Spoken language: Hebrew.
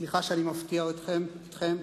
סליחה שאני מפתיע אתכם.